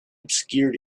obscured